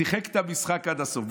שיחק את המשחק עד הסוף,